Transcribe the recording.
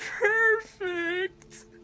perfect